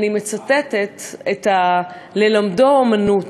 אני מצטטת: ללמדו אומנות.